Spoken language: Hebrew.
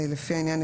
לפי העניין,